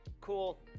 cool